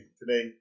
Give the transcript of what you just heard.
today